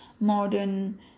modern